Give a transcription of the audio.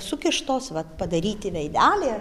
sukištos vat padaryti veideliai